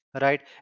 right